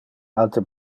alte